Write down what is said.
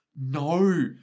no